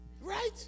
Right